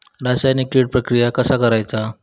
रासायनिक कीड प्रक्रिया कसा करायचा?